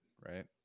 right